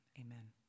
amen